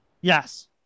Yes